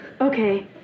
okay